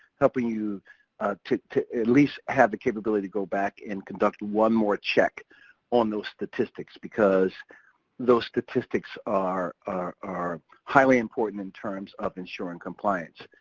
helping you to to at least have the capability to go back and conduct one more check on those statistics. because those statistics are are highly important in terms of ensuring compliance.